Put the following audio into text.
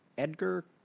Edgar